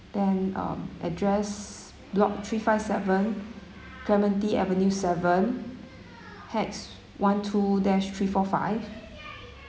then um address block three five seven clementi avenue seven hash one two dash three four five